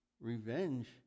Revenge